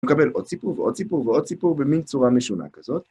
מקבל עוד סיפור ועוד סיפור ועוד סיפור במין צורה משונה כזאת.